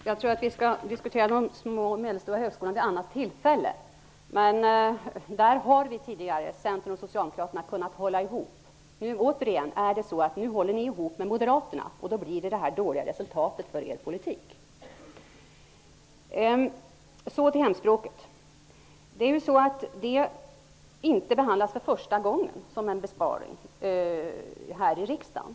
Herr talman! Jag tror att vi skall diskutera de små och medelstora högskolorna vid ett annat tillfälle. Men tidigare har Centern och Socialdemokraterna kunnat hålla ihop. Nu, återigen, håller ni ihop med Moderaterna och får det här dåliga resultatet av er politik. Så till hemspråken. Det är inte första gången de är aktuella för besparingar här i riksdagen.